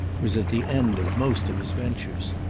was at the end of most of his ventures.